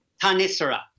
Tanisara